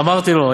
אמרתי לו"